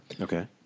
Okay